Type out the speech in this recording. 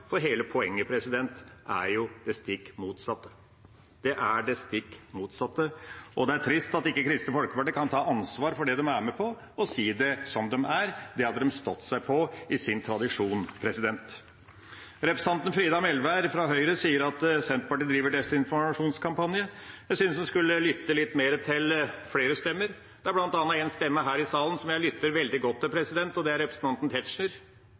for hele poenget er jo det stikk motsatte – det stikk motsatte. Det er trist at ikke Kristelig Folkeparti kan ta ansvar for det de er med på, og si det som det er. Det hadde de stått seg på i sin tradisjon. Representanten Frida Melvær fra Høyre sier at Senterpartiet driver desinformasjonskampanje. Jeg synes hun skulle lytte litt mer til flere stemmer. Det er bl.a. en stemme her i salen som jeg lytter veldig godt til, og det er representanten Tetzschner.